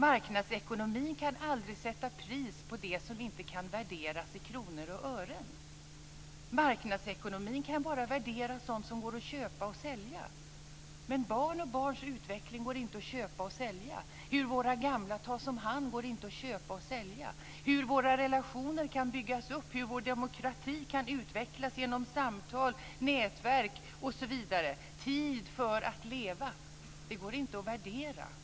Marknadsekonomin kan aldrig sätta pris på det som inte kan värderas i kronor och ören. Marknadsekonomin kan bara värdera sådant som går att köpa och sälja. Men barn och barns utveckling går inte att köpa och sälja. Frågan om hur våra gamla tas om hand går inte att köpa och sälja. Det handlar om hur våra relationer kan byggas upp, hur vår demokrati kan utvecklas genom samtal, nätverk osv. och om tid för att leva. Det här går inte att värdera.